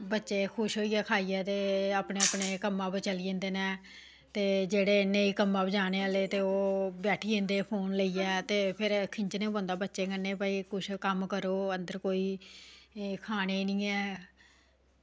बच्चे खुश होइयै ते खाइयै अपने अपने कम्मां पर चली जंदे न ते जेह्ड़े नेईं कम्में पर जाने आह्ले ते ओह् बैठी जंदे फोन लेइयै ते फिर बंदा अंदर बच्चे कन्नै कुछ करो कोई खानै गी निं ऐ